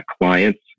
clients